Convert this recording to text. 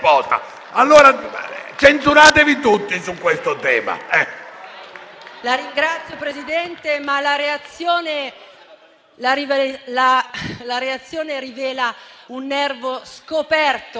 La ringrazio, signor Presidente, ma la reazione rivela un nervo scoperto.